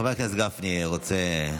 חבר הכנסת גפני רוצה להשיב.